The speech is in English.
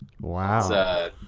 Wow